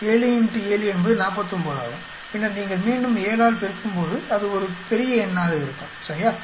7 X 7 என்பது 49 ஆகும் பின்னர் நீங்கள் மீண்டும் 7 ஆல் பெருக்கும்போது அது ஒரு பெரிய எண்ணாக இருக்கும் சரியா